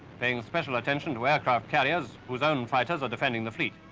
paying special attention to aircraft carriers, whose own fighters are defending the fleet.